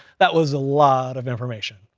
that was a lot of information.